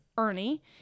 Ernie